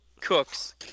cooks